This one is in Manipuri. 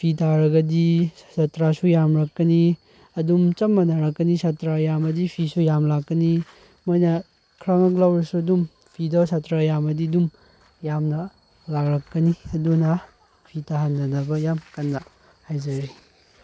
ꯐꯤ ꯇꯥꯔꯒꯗꯤ ꯁꯥꯇ꯭ꯔꯁꯨ ꯌꯥꯝꯃꯛꯀꯅꯤ ꯑꯗꯨꯝ ꯆꯞ ꯃꯥꯟꯅꯔꯛꯀꯅꯤ ꯁꯥꯇ꯭ꯔ ꯌꯥꯝꯃꯗꯤ ꯐꯤꯁꯨ ꯌꯥꯝ ꯂꯥꯛꯀꯅꯤ ꯃꯣꯏꯅ ꯈꯔ ꯈꯛ ꯂꯧꯔꯁꯨ ꯑꯗꯨꯝ ꯐꯤꯗꯣ ꯁꯥꯇ꯭ꯔ ꯌꯥꯝꯃꯗꯤ ꯑꯗꯨꯝ ꯌꯥꯝꯅ ꯂꯥꯛꯀꯅꯤ ꯑꯗꯨꯅ ꯐꯤ ꯇꯥꯍꯟꯅꯅꯕ ꯌꯥꯝ ꯀꯟꯅ ꯍꯥꯏꯖꯔꯤ